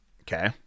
Okay